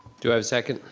do i have a second?